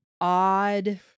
odd